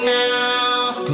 now